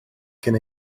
cyn